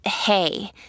hey